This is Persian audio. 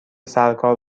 سرکار